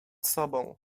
sobą